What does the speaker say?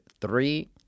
three